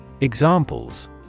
Examples